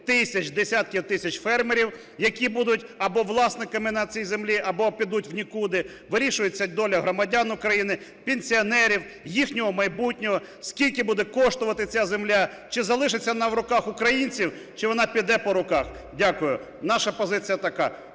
тисяч, десятків тисяч фермерів, які будуть або власниками на цій землі, або підуть в нікуди, вирішується доля громадян України, пенсіонерів, їхньої майбутнього, скільки буде коштувати ця земля, чи залишиться вона в руках українців, чи вона піде по руках. Дякую. Наша позиція така: